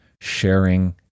sharing